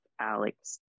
Alex